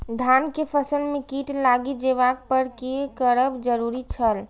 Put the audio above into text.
धान के फसल में कीट लागि जेबाक पर की करब जरुरी छल?